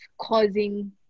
causing